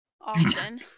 often